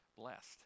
blessed